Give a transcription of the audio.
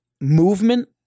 Movement